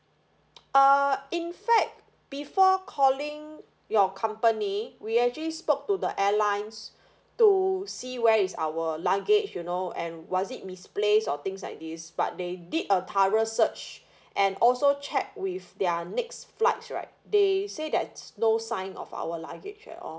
err in fact before calling your company we actually spoke to the airlines to see where is our luggage you know and was it misplaced or things like this but they did a thorough search and also check with their next flights right they say that no sign of our luggage at all